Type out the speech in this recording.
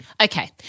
Okay